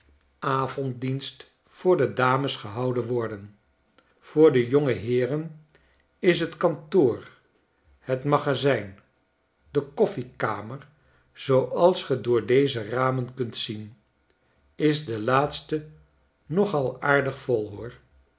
avonddienst voor de dames gehouden worden voor de jongeheeren is het kantoor het magazijn de kofflekamer zooals ge door deze ramen kunt zien is de laatste nogal aardig vol hoor